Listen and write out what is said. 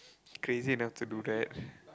crazy enough to do that